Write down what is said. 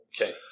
Okay